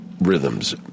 Rhythms